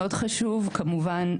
מאוד חשוב כמובן,